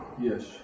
yes